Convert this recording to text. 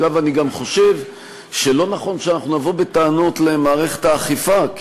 אני גם חושב שלא נכון שנבוא בטענות למערכת האכיפה.